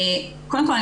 קודם כל,